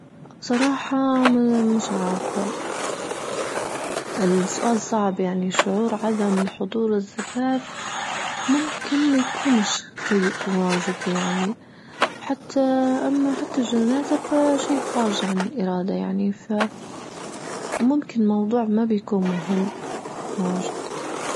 بصراحة ممش عارفة السؤال صعب يعني شعور عدم حضور الزفاف ممكن ما يكونش سيء واجد يعني وحتى أما حتى الجنازة فا شي خارج عن الإرادة يعني فممكن الموضوع ما بيكون مهم واجد.